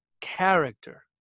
character